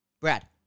Brad